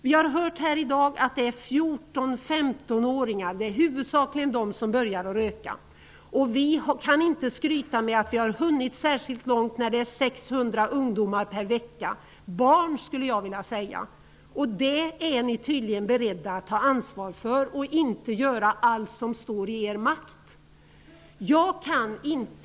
Vi har hört här i dag att det huvudsakligen är 14-- 15-åringar som börjar röka. Vi kan inte skryta med att vi har hunnit särskilt långt när det är 600 ungdomar -- jag skulle vilja säga barn -- per vecka som börjar röka. Ni är tydligen beredda att ta ansvar för att ni inte gör allt som står i er makt för att förhindra det.